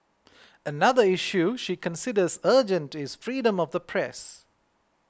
another issue she considers urgent is freedom of the press